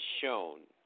shown